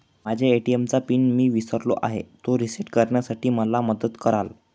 माझ्या ए.टी.एम चा पिन मी विसरलो आहे, तो रिसेट करण्यासाठी मला मदत कराल?